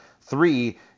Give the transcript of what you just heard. Three